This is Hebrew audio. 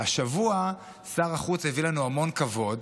השבוע שר החוץ הביא לנו המון כבוד